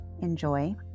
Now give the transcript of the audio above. enjoy